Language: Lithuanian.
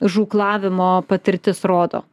žūklavimo patirtis rodo